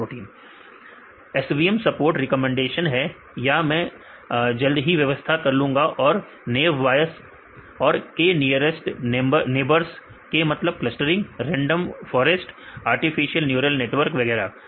SVM support recommendation है या मैं जल्द ही व्यवस्था कर लूंगा और नेव बायस और k नियरेस्ट नेबर्स k मतलब clustering random forest artificial neural network वगैरह